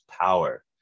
power